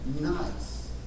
nice